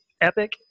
epic